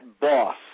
boss